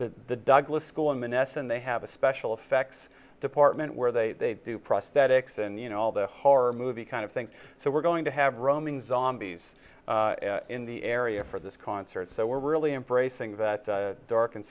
the douglas school m n s and they have a special effects department where they do prosthetics and you know all the horror movie kind of thing so we're going to have roaming zombies in the area for this concert so we're really embracing that dark and